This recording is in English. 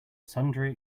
sundry